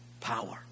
power